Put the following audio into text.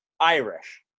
Irish